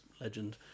legend